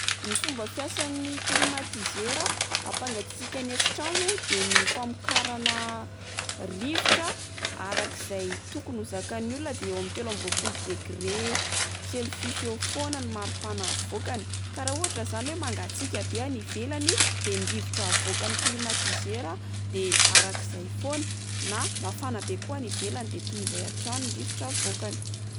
Ny fomba fiasan'ny klimatizera ampangatsiaka ny efitrano de ny famokarana rivotra arak'izay tokony ho zakan'ny olona de eo amin'ny telo amby roapolo degré celsius eo fona ny maripana avoakany, ka raha ohatra izany oe mangatsiaka be any ivelany de ny rivotra avoakan'ny klimatizera de arak'izay fona na mafana be koa any ivelany de toy izay hatrany ny rivotra avoakany.